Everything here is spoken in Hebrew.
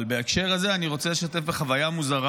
אבל בהקשר הזה אני רוצה לשתף בחוויה מוזרה